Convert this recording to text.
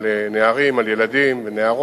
שאלתי את ההורים, מה אתם חושבים שיכול לעזור